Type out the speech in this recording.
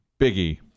Biggie